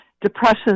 depression